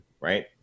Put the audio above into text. right